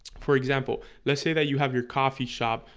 for example let's say that you have your coffee shop.